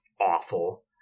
awful